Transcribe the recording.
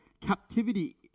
captivity